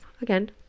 Again